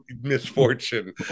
misfortune